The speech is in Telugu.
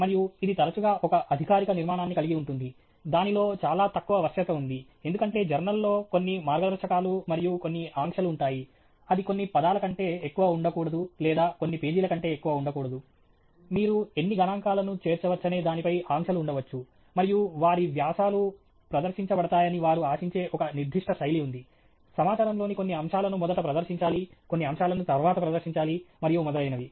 మరియు ఇది తరచుగా ఒక అధికారిక నిర్మాణాన్ని కలిగి ఉంటుంది దానిలో చాలా తక్కువ వశ్యత ఉంది ఎందుకంటే జర్నల్లో కొన్ని మార్గదర్శకాలు మరియు కొన్ని ఆంక్షలు ఉంటాయి అది కొన్ని పదాల కంటే ఎక్కువ ఉండకూడదు లేదా కొన్ని పేజీల కంటే ఎక్కువ ఉండకూడదు మీరు ఎన్ని గణాంకాలను చేర్చవచ్చనే దానిపై ఆంక్షలు ఉండవచ్చు మరియు వారి వ్యాసాలు ప్రదర్శించబడతాయని వారు ఆశించే ఒక నిర్దిష్ట శైలి ఉంది సమాచారంలోని కొన్ని అంశాలను మొదట ప్రదర్శించాలి కొన్ని అంశాలను తరువాత ప్రదర్శించాలి మరియు మొదలైనవి